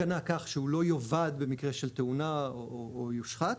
התקנה כך שהוא לא יאבד במקרה של תאונה או יושחת,